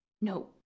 No